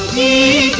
me